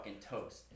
toast